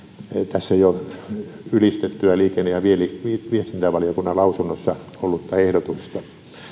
tässä jo ylistettyä liikenne ja viestintävaliokunnan lausunnossa ollutta ehdotusta